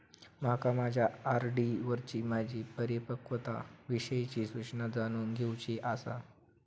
माका माझ्या आर.डी वरची माझी परिपक्वता विषयची सूचना जाणून घेवुची आसा